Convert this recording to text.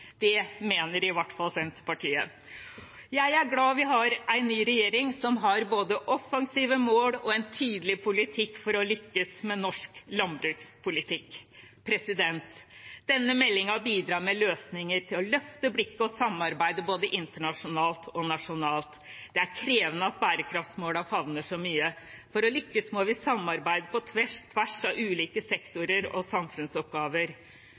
Det mener i hvert fall Senterpartiet. Jeg er glad vi har en ny regjering som har både offensive mål og en tydelig politikk for å lykkes med norsk landbrukspolitikk. Denne meldingen bidrar med løsninger til å løfte blikket og samarbeidet både internasjonalt og nasjonalt. Det er krevende at bærekraftsmålene favner så mye. For å lykkes må vi samarbeide på tvers av ulike sektorer og samfunnsoppgaver.